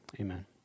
Amen